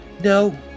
No